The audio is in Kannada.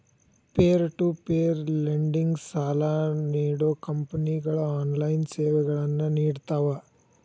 ಪೇರ್ ಟು ಪೇರ್ ಲೆಂಡಿಂಗ್ ಸಾಲಾ ನೇಡೋ ಕಂಪನಿಗಳು ಆನ್ಲೈನ್ ಸೇವೆಗಳನ್ನ ನೇಡ್ತಾವ